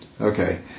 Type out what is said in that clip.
Okay